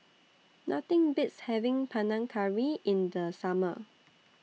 Nothing Beats having Panang Curry in The Summer